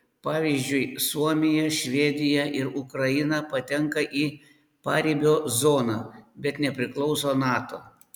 pavyzdžiui suomija švedija ir ukraina patenka į paribio zoną bet nepriklauso nato